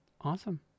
awesome